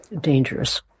dangerous